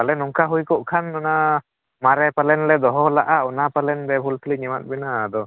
ᱯᱟᱞᱮ ᱱᱚᱝᱠᱟ ᱦᱩᱭᱠᱚᱜ ᱠᱷᱚᱱ ᱚᱱᱟ ᱢᱟᱨᱮ ᱯᱟᱞᱮᱱᱞᱮ ᱫᱚᱦᱚ ᱞᱟᱜᱼᱟ ᱚᱱᱟ ᱯᱟᱞᱮᱱ ᱞᱮ ᱵᱷᱩᱞ ᱛᱮᱞᱤᱧ ᱮᱢᱟᱫ ᱵᱮᱱᱟ ᱟᱫᱚ